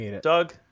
Doug